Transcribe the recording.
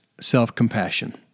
self-compassion